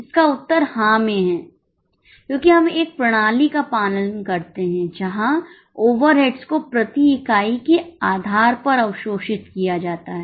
इसका उत्तर हां में है क्योंकि हम एक प्रणाली का पालन करते हैं जहां ओवरहेड्स को प्रति इकाई के आधार पर अवशोषित किया जाता है